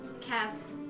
cast